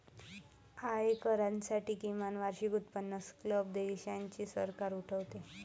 आयकरासाठी किमान वार्षिक उत्पन्न स्लॅब देशाचे सरकार ठरवते